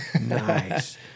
nice